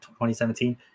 2017